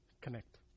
connect